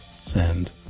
send